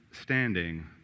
standing